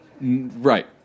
Right